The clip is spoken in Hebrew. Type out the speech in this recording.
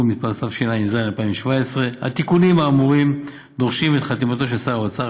התשע"ז 2017. התיקונים האמורים דורשים את חתימתו של שר האוצר,